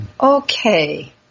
Okay